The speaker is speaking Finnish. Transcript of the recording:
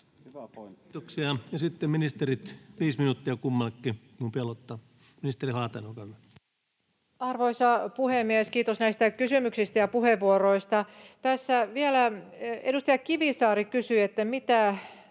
Arvoisa puhemies! Kiitos näistä kysymyksistä ja puheenvuoroista. Tässä vielä edustaja Kivisaari kysyi, mitä muita